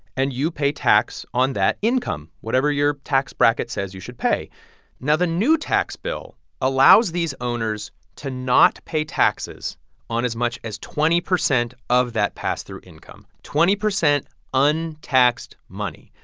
and you pay tax on that income whatever your tax bracket says you should pay now, the new tax bill allows these owners to not pay taxes on as much as twenty percent of that pass-through income twenty percent untaxed money.